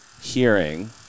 hearing